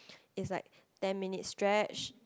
is like ten minutes stretch